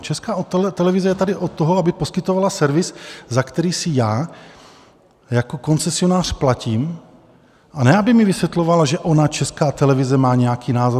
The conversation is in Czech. Česká televize je tady od toho, aby poskytovala servis, za který si já jako koncesionář platím, a ne, aby mi vysvětlovala, že ona, Česká televize, má nějaký názor.